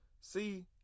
See